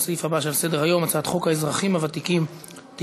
לסעיף הבא שעל סדר-היום: הצעת חוק האזרחים הוותיקים (תיקון,